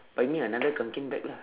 buy me another Kanken bag lah